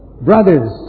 Brothers